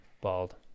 Bald